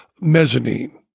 mezzanine